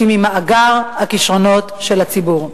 שהיא ממאגר הכשרונות של הציבור.